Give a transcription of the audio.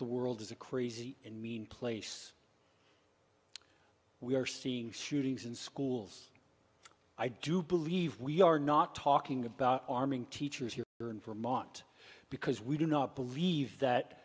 the world is a crazy and mean place we are seeing shootings in schools i do believe we are not talking about arming teachers here in vermont because we do not believe that